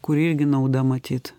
kuri irgi nauda matyt